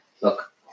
Look